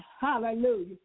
hallelujah